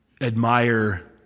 admire